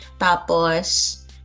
Tapos